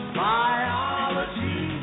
biology